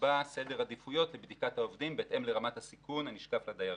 ויקבע סדר עדיפויות לבדיקת העובדים בהתאם לרמת הסיכון הנשקף לדיירים.